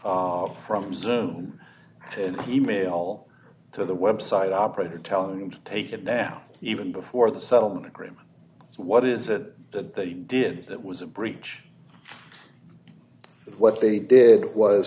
from zoom in email to the website operator telling them to take it now even before the settlement agreement what is it that they did that was a breach what they did was